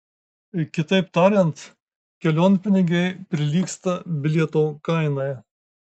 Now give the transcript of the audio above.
kitaip tariant kelionpinigiai prilygsta bilieto kainai